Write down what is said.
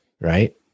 right